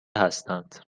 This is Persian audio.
هستند